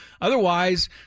Otherwise